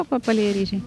apvalieji ryžiai